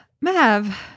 Mav